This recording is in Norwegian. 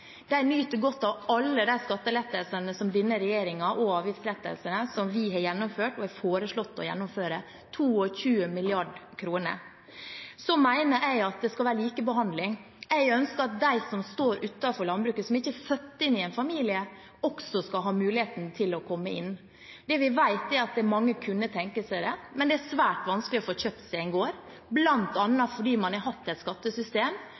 De nyter godt av alle de skatte- og avgiftslettelser som denne regjeringen har gjennomført og har foreslått å gjennomføre – 22 mrd. kr. Så mener jeg at det skal være likebehandling. Jeg ønsker at de som står utenfor landbruket, som ikke er født inn i en landbruksfamilie, også skal ha muligheten til å komme inn. Det vi vet, er at det er mange som kunne tenke seg det. Men det er svært vanskelig å få kjøpt seg en gård, bl.a. fordi man har hatt et skattesystem